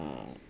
uh